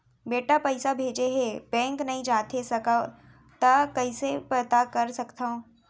बेटा पइसा भेजे हे, बैंक नई जाथे सकंव त कइसे पता कर सकथव?